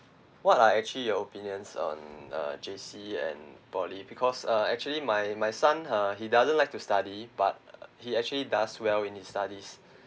what are actually your opinions on uh J_C and poly because uh actually my my son uh he doesn't like to study but he actually does well in his studies